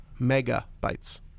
megabytes